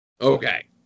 Okay